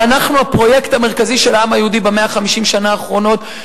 ואנחנו הפרויקט המרכזי של העם היהודי ב-150 השנה האחרונות,